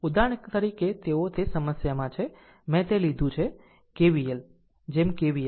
ઉદાહરણ તરીકે તેઓ તે સમસ્યામાં છે મેં તે લીધું છે કે K V L જેમ K V L